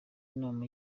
inama